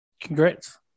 Congrats